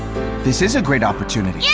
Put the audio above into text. this is a great opportunity. yes!